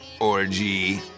orgy